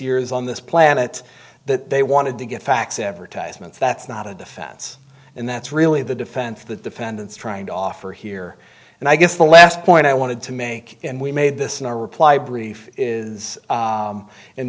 years on this planet that they wanted to get facts advertisements that's not a defense and that's really the defense the defense trying to offer here and i guess the last point i wanted to make and we made this in our reply brief is